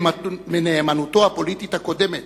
מנאמנותו הפוליטית הקודמת,